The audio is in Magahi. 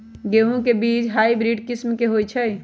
गेंहू के बीज हाइब्रिड किस्म के होई छई?